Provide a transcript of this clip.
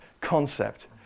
concept